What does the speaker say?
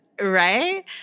Right